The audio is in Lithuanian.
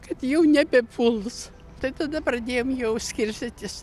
kad jau nebepuls tai tada pradėjom jau skirstytis